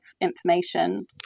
information